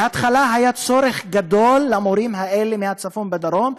בהתחלה היה צורך גדול במורים מהצפון בדרום,